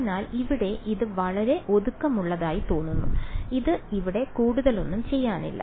അതിനാൽ ഇവിടെ ഇത് വളരെ ഒതുക്കമുള്ളതായി തോന്നുന്നു ഇത് ഇവിടെ കൂടുതലൊന്നും ചെയ്യാനില്ല